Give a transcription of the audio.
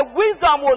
wisdom